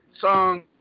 song